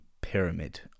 pyramid